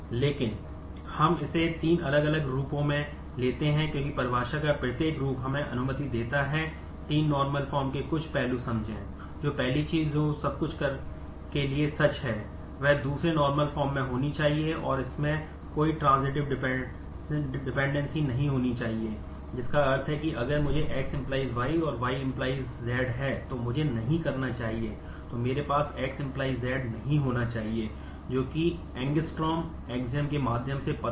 लेकिन हम इसे तीन अलग अलग रूपों में लेते हैं क्योंकि परिभाषा का प्रत्येक रूप हमें अनुमति देता है तीन नार्मल फॉर्म हो सकता है